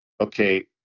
okay